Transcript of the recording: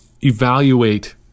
evaluate